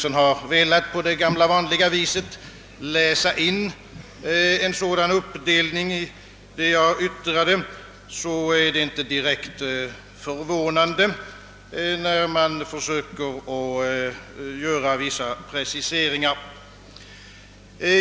Om herr Svensson på det gamla vanliga viset har velat läsa in en sådan uppdelning i det jag yttrade, är det inte direkt förvånande att så sker, när man försöker göra vissa preciseringar.